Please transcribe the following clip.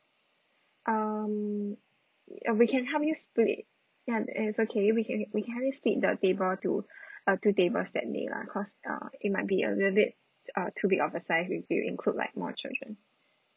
um uh we can help you split ya it's okay we can we can help you split the table to uh two tables that day lah because uh it might be a little bit uh too big of a size if you include like more children